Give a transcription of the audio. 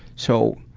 so